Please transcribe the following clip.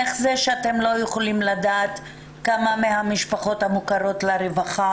איך זה שאתם לא יכולים לדעת כמה מהמשפחות המוכרות לרווחה,